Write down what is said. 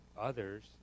others